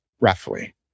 roughly